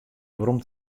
werom